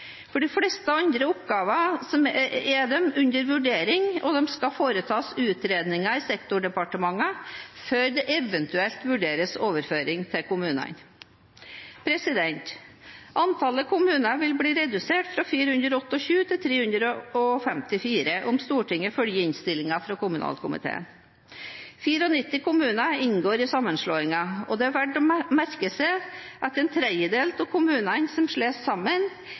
For de fleste andre oppgaver som er under vurdering, skal det foretas utredninger i sektordepartementene før eventuelle overføringer til kommunene. Antallet kommuner vil bli redusert fra 428 til 354, om Stortinget følger innstillingen fra kommunalkomiteen. 94 kommuner inngår i sammenslåinger. Det er verdt å merke seg at en tredjedel av kommunene som slås sammen,